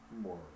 more